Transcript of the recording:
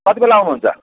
कतिबेला आउनु हुन्छ